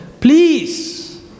Please